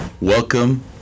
welcome